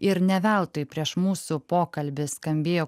ir ne veltui prieš mūsų pokalbį skambėjo